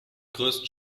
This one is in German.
größten